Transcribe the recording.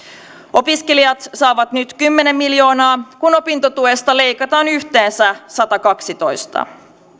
opiskelijat saavat nyt kymmenen miljoonaa kun opintotuesta leikataan yhteensä satakaksitoista